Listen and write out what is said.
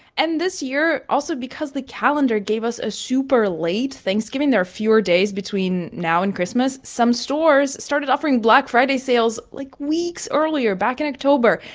and this year, also, because the calendar gave us a super late thanksgiving, there are fewer days between now and christmas. some stores started offering black friday sales, like, weeks earlier, back in october.